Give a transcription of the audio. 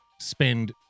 spend